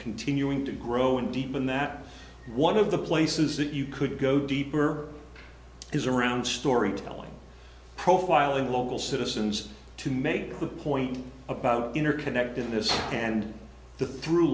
continuing to grow and deepen that one of the places that you could go deeper is around storytelling profiling local citizens to make the point about interconnectedness and the through